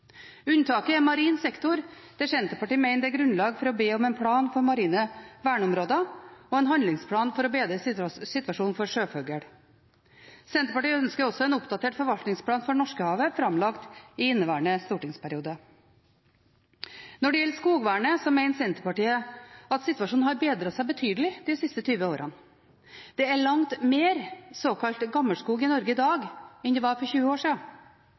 Unntaket er marin sektor, der Senterpartiet mener det er grunnlag for å be om en plan for marine verneområder og en handlingsplan for å bedre situasjonen for sjøfugl. Senterpartiet ønsker også en oppdatert forvaltningsplan for Norskehavet framlagt i inneværende stortingsperiode. Når det gjelder skogvernet, mener Senterpartiet at situasjonen har bedret seg betydelig de siste tjue årene. Det er langt mer såkalt gammelskog i Norge i dag enn det var for tjue år